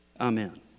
Amen